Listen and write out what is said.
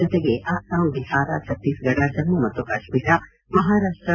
ಜೊತೆಗೆ ಅಸ್ಲಾಂ ಬಿಹಾರ ಛತ್ತೀಸ್ಗಢ ಜಮ್ಮ ಮತ್ತು ಕಾಶ್ಮೀರ ಮಹಾರಾಷ್ಷ